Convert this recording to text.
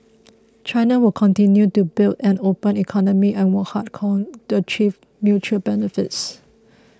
China will continue to build an open economy and work hard coin to achieve mutual benefits